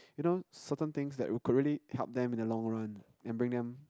you know certain things that would correctly help them in the long run and bring them